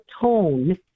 tone